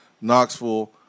Knoxville